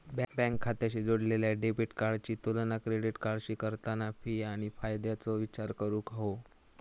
bank खात्याशी जोडलेल्या debit कार्डाची तुलना क्रेडिट कार्डाशी करताना फी आणि फायद्याचो विचार करूक हवो